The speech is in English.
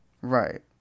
Right